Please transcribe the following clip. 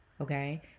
okay